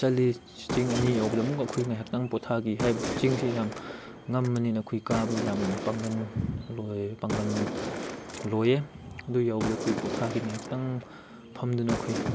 ꯆꯠꯂꯤ ꯆꯤꯡ ꯑꯅꯤ ꯌꯧꯕꯗ ꯑꯃꯨꯛꯀ ꯑꯩꯈꯣꯏ ꯉꯥꯏꯍꯥꯛꯇꯪ ꯄꯣꯊꯥꯈꯤ ꯍꯥꯏꯕꯗꯤ ꯆꯤꯡꯁꯦ ꯌꯥꯝ ꯉꯝꯕꯅꯤꯅ ꯑꯩꯈꯣꯏ ꯀꯥꯕꯗ ꯌꯥꯝ ꯄꯥꯡꯒꯜ ꯂꯣꯏꯌꯦ ꯑꯗꯨ ꯌꯧꯕꯗ ꯑꯩꯈꯣꯏ ꯄꯣꯊꯥꯈꯤ ꯉꯥꯏꯍꯥꯛꯇꯪ ꯐꯝꯗꯨꯅ ꯑꯩꯈꯣꯏ